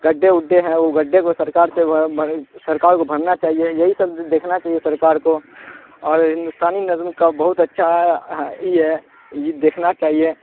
گڈھے وڈھے ہیں وہ گڈھے کو سرکار سے سرکار کو بھرنا چاہیے یہی سب دیکھنا چاہیے سرکار کو اور ہندوستانی نظم کا بہت اچھا یہ ہے یہ دیکھنا چاہیے